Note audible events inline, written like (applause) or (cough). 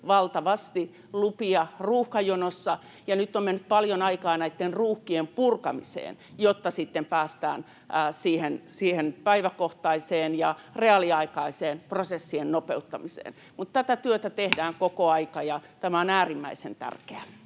valtavasti lupia ruuhkajonoon, ja nyt on mennyt paljon aikaa näitten ruuhkien purkamiseen, jotta sitten päästään siihen päiväkohtaiseen ja reaaliaikaiseen prosessien nopeuttamiseen. Tätä työtä tehdään koko aika, (noise) ja tämä on äärimmäisen tärkeää.